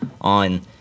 on